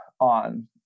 on